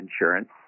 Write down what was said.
insurance